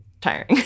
tiring